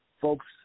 folks